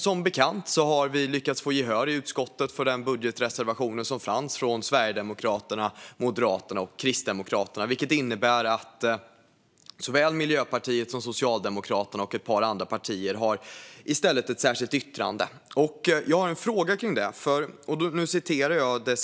Som bekant har vi lyckats få gehör i utskottet för Sverigedemokraternas, Moderaternas och Kristdemokraternas budgetreservation, vilket innebär att såväl Miljöpartiet som Socialdemokraterna och ett par andra partier i stället har särskilda yttranden. Jag har en fråga angående det.